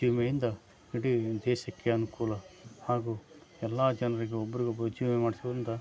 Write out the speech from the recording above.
ಜೀವ ವಿಮೆಯಿಂದ ಇಡೀ ದೇಶಕ್ಕೆ ಅನುಕೂಲ ಹಾಗೂ ಎಲ್ಲ ಜನರಿಗೂ ಒಬ್ಬರಿಗೊಬ್ರು ಜೀವ ವಿಮೆ ಮಾಡಿಸೋರಿಂದ